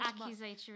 accusatory